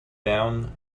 down